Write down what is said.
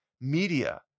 media